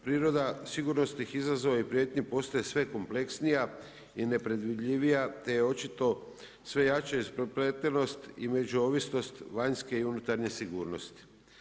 Priroda sigurnosnih izazova i prijetnji postaje sve kompleksnija i nepredvidljivija te je očita sve jača isprepletenost i međuovisnost vanjske i unutarnje sigurnosti.